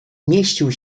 mieścił